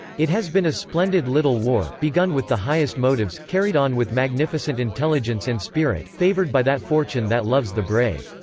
it has been a splendid little war, begun with the highest motives, carried on with magnificent intelligence and spirit, favored by that fortune that loves the brave.